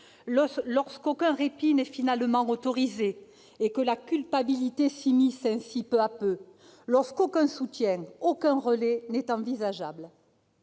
lorsqu'aucun répit n'est finalement autorisé et que la culpabilité s'immisce peu à peu, lorsqu'aucun soutien ou aucun relais n'est envisageable